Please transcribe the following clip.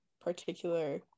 particular